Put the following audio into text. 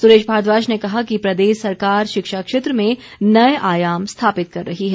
सुरेश भारद्वाज ने कहा कि प्रदेश सरकार शिक्षा क्षेत्र में नए आयाम स्थापित कर रही है